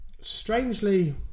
strangely